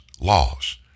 laws